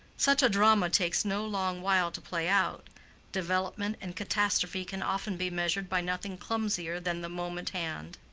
such a drama takes no long while to play out development and catastrophe can often be measured by nothing clumsier than the moment-hand.